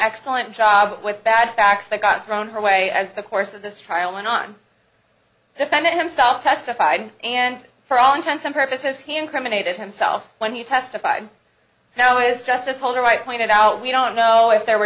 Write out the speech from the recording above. excellent job with bad facts that got thrown her way as the course of this trial went on defendant himself testified and for all intents and purposes hand criminate himself when he testified now is justice holder i pointed out we don't know if there were